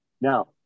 Now